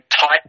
tight